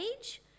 age